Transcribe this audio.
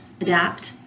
adapt